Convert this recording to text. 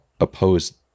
opposed